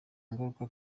ngaruka